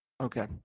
Okay